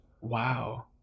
Wow